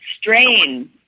strain